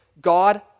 God